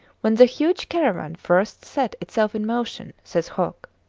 when the huge caravan first set itself in motion, says huc,